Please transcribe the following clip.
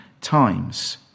times